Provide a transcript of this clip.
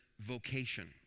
vocation